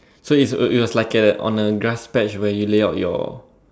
so it's it was like on a grass patch where you lay out your